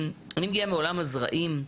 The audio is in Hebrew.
אני מגיעה מעולם הזרעים.